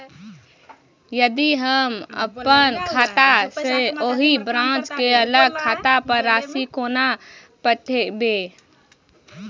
यदि हम अप्पन खाता सँ ओही ब्रांच केँ अलग खाता पर राशि कोना पठेबै?